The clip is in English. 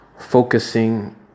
focusing